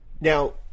Now